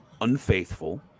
unfaithful